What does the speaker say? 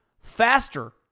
faster